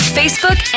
facebook